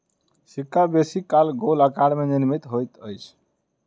सिक्का बेसी काल गोल आकार में निर्मित होइत अछि